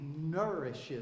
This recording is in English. nourishes